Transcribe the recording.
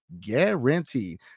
Guaranteed